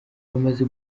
bamaze